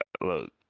Look